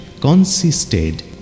consisted